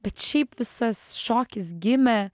bet šiaip visas šokis gimė